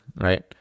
right